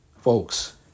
Folks